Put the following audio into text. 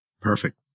Perfect